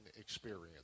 experience